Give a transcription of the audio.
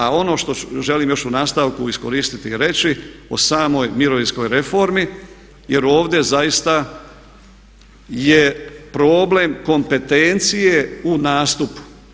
A ono što želim još u nastavku iskoristiti i reći o samoj mirovinskoj reformi jer ovdje zaista je problem kompetencije u nastupu.